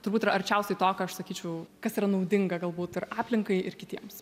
turbūt yra arčiausiai to ką aš sakyčiau kas yra naudinga galbūt ir aplinkai ir kitiems